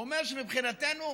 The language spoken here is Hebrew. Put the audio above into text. הוא אומר: מבחינתנו,